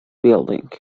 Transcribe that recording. building